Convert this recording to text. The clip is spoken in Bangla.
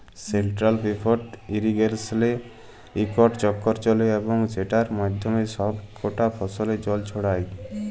সেলটারাল পিভট ইরিগেসলে ইকট চক্কর চলে এবং সেটর মাধ্যমে ছব কটা ফসলে জল ছড়ায়